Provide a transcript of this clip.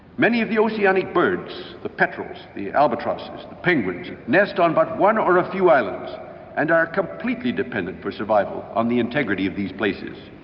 many of the oceanic birds, the petrels, the albatrosses, the penguins, nest on but one or a few islands and are completely dependent for survival on the integrity of these places.